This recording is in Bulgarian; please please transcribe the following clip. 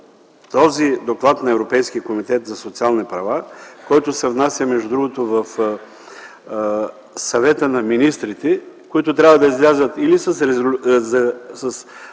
този доклад на Европейския комитет за социални права, който се внася, между другото, в Съвета на министрите, които трябва да излязат или с резолюция